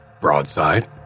Broadside